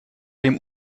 dem